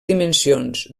dimensions